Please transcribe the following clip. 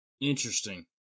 Interesting